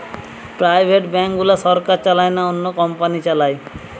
private bank গুলা সরকার চালায় না, অন্য কোম্পানি চালায়